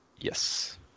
yes